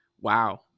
wow